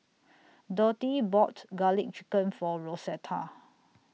Dotty bought Garlic Chicken For Rosetta